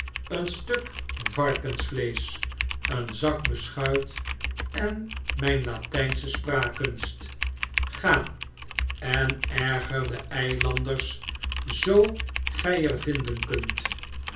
een stukvarkensvleesch een zak beschuit en mgn latgnsche spraakkunst ga en erger de eilanders zoo gg er vinden kunt